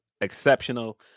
exceptional